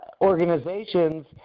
organizations